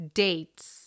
dates